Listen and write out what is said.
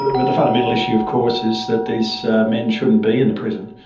ah but the fundamental issue, of course, is that these men shouldn't be in the prison.